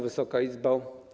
Wysoka Izbo!